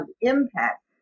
impact